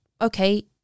okay